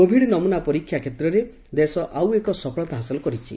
Covid ନମୁନା ପରୀକ୍ଷା କ୍ଷେତ୍ରରେ ଦେଶ ଆଉ ଏକ ସଫଳତା ହାସଲ କରିଛି